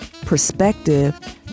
perspective